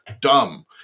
dumb